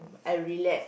I relax